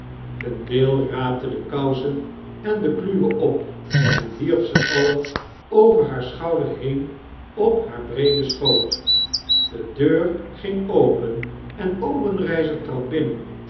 vendale raapte de kousen en het kluwen op en wierp ze alien over haar schouder heen op haar breeden schoot de deur ging open en obenreizer trad binnen